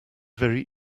very